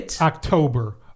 October